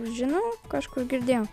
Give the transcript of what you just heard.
žinau kažkur girdėjau